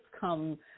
come